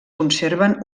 conserven